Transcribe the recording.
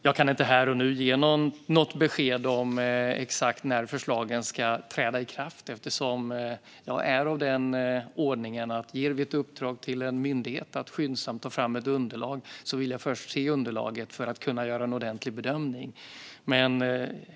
Jag kan inte här och nu ge något besked om exakt när förslagen ska träda i kraft. Ger vi ett uppdrag till en myndighet att skyndsamt ta fram ett underlag vill jag först se underlaget för att kunna göra en ordentlig bedömning.